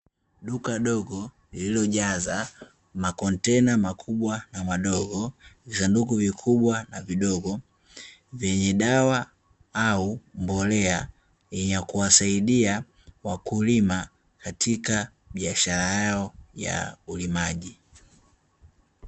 Duka dogo lililojaza makontena makubwa na madogo, visanduku vikubwa na vidogo, vyenye dawa au mbolea yenye kuwasaidia wakulima katika biashara yao ya ulimaji.